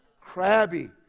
Crabby